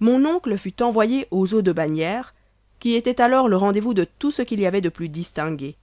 mon oncle fut envoyé aux eaux de bagnères qui étaient alors le rendez-vous de tout ce qu'il y avait de plus distingué